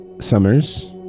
Summers